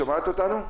שומעת אותנו?